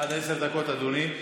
עד עשר דקות, אדוני.